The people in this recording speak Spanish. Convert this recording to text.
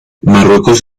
marruecos